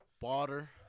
Water